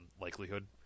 likelihood